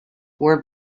were